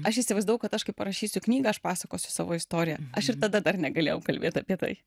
aš įsivaizdavau kad aš kai parašysiu knygą aš pasakosiu savo istoriją aš ir tada dar negalėjau kalbėt apie tai